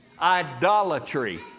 idolatry